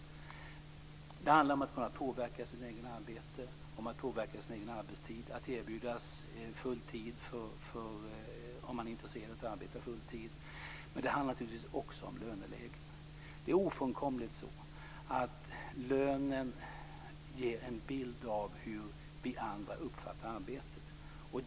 Det handlar om att kunna påverka sitt eget arbete, om att påverka sin egen arbetstid och om att erbjudas full tid om man är intresserad av att arbeta full tid. Det handlar naturligtvis också om löneläget. Det är ofrånkomligt så att lönen ger en bild av hur vi andra uppfattar arbetet.